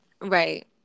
Right